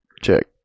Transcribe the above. Check